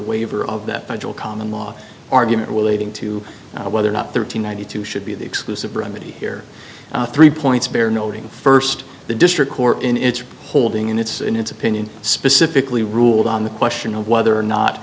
waiver of that by joel common law argument will leading to whether or not thirteen ninety two should be the exclusive remedy here three points bear noting first the district court in its holding in its in its opinion specifically ruled on the question of whether or not